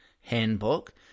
Handbook